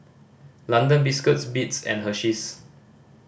London Biscuits Beats and Hersheys